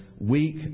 weak